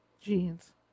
Jeans